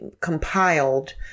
compiled